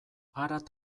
harat